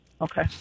Okay